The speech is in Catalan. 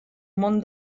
món